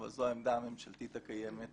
אבל זאת העמדה הממשלתית הקיימת